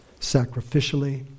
sacrificially